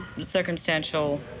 circumstantial